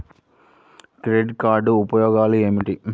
Credit card ఉపయోగాలు ఏమిటి?